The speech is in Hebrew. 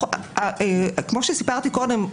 כמו שסיפרתי קודם,